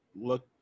look